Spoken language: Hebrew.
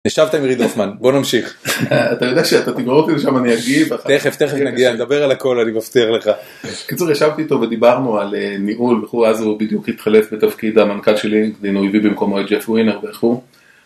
ישבתי עם ריד הופמן, בוא נמשיך, אתה יודע שאתה תגרור אותי לשם אני אגיב, תכף תכף נגיע, נדבר על הכל אני מבטיח לך. קיצור ישבתי איתו ודיברנו על ניהול וכו' אז הוא בדיוק התחלף בתפקיד המנכ"ל שלי, הוא הביא במקומו את ג'ף וינר וכו'.